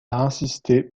insisté